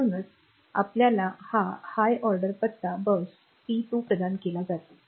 म्हणूनच आपल्याला हा हाय ऑर्डर पत्ता बस P 2 प्रदान केला जातो